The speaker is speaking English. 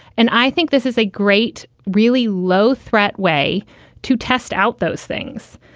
and i think this is a great, really low threat way to test out those things.